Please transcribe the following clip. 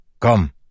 Come